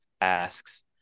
asks